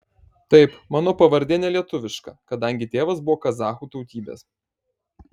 taip mano pavardė ne lietuviška kadangi tėvas buvo kazachų tautybės